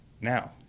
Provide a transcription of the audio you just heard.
Now